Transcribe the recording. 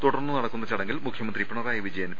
തുടർന്ന് നടക്കുന്ന ചടങ്ങിൽ മുഖ്യമന്ത്രി പിണറായി വിജയൻ പി